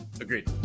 Agreed